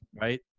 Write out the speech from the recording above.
right